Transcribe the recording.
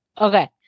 Okay